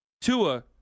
Tua